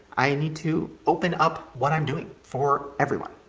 i need to open up what i'm doing for everyone.